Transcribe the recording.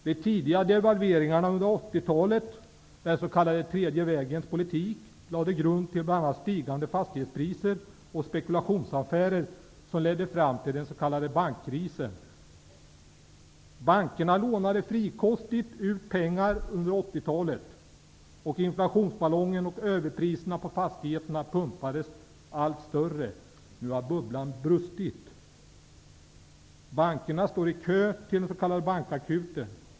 De devalveringar som gjordes under 80-talet -- den s.k. tredje vägens politik -- lade grunden till bl.a. de stigande fastighetspriser och spekulationsaffärer som ledde fram till bankkrisen. Bankerna lånade under 80-talet frikostigt ut pengar, och inflationsballongen och överpriserna på fastigheter pumpades allt större. Nu har bubblan spruckit. Bankerna står i kö till den s.k. bankakuten.